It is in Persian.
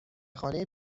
خانه